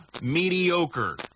mediocre